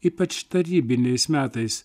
ypač tarybiniais metais